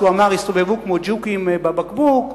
הוא אמר: הסתובבו כמו ג'וקים בבקבוק.